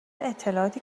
اطلاعاتی